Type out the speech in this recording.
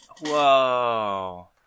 Whoa